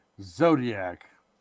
Zodiac